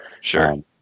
Sure